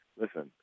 listen